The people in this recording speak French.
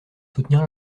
soutenir